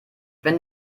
wenn